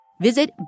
Visit